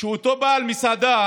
שאותו בעל מסעדה